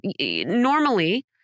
normally